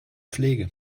pflege